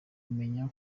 kumenya